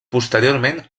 posteriorment